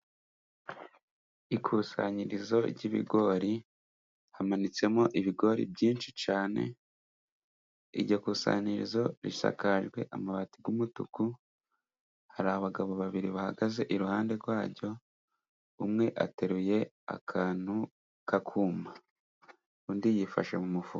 Ikusanyirizo ry'ibigori hamanitsemo ibigori byinshi cyane, iryo kusanirizo risakajwe amabati y'umutuku, hari abagabo babiri bahagaze iruhande rwaryo, umwe ateruye akantu k'akuma undi yifashe mu mufuka.